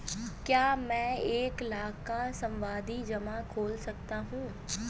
क्या मैं एक लाख का सावधि जमा खोल सकता हूँ?